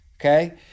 okay